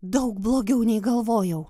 daug blogiau nei galvojau